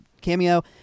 cameo